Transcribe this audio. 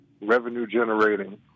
revenue-generating